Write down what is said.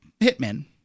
hitmen